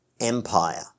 empire